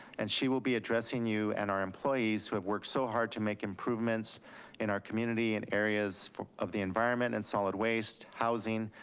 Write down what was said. and she will be addressing you and our employees who have worked so hard to make improvements in our community in areas of the environment and solid waste, housing,